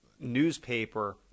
newspaper